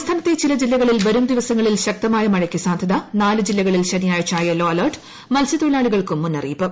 സംസ്ഥാനത്തെ ചില ജില്ലക്ളിൽ വരും ദിവസങ്ങളിൽ ശക്തമായ മഴയ്ക്ക് സാധ്യത നാല് ജീല്ലകളിൽ ശനിയാഴ്ച യെല്ലോ അലർട്ട് മത്സ്യത്തൊഴിലാളിക്ട്രിക്കും മുന്നറിയിപ്പ്